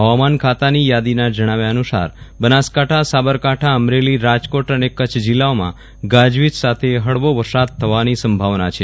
હવામાન ખાતાની યાદીના જણાવ્યા અનુસાર બનાસકાંઠા સાંબરકાઠા અમરેલી રાજકોટ અને કચ્છ જિલ્લાઓમાં ગાજવીજ સાથે હળવો વરસાદ થવાની સંભાવના છે